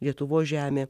lietuvos žemė